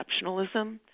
exceptionalism